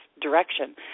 direction